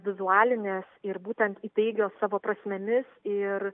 vizualinės ir būtent įtaigios savo prasmėmis ir